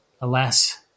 Alas